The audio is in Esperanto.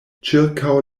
ĉirkaŭ